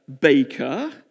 baker